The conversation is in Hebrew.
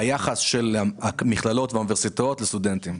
ביחס של המכללות והאוניברסיטאות לסטודנטים.